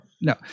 No